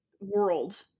World